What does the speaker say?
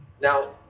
Now